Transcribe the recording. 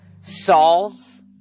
solve